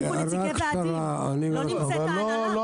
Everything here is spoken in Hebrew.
נמצאים פה נציגי הוועדים, לא ההנהלה.